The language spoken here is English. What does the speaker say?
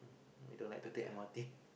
we don't like to take M_R_T